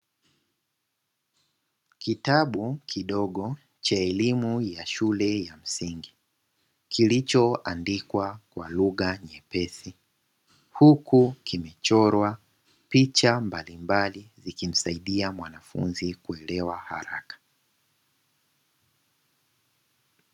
Kitabu kidogo cha elimu ya shule ya msingi kilichoandikwa kwa lugha nyepesi, huku kimechorwa picha mbalimbali zikimsaidia mwanafunzi kuelewa haraka.